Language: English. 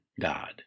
God